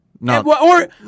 No